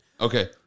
Okay